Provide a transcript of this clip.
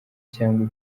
cyangwa